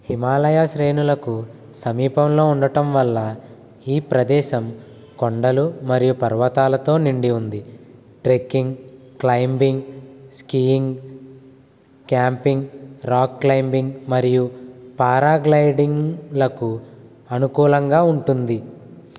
హిమాలయ శ్రేణులకు సమీపంలో ఉండటం వల్ల ఈ ప్రదేశం కొండలు మరియు పర్వతాలతో నిండి ఉంది trekking climbing skiing camping rock climbing మరియు పారాగ్లైడింగ్లకు అనుకూలంగా ఉంటుంది